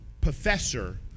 Professor